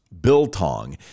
biltong